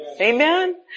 Amen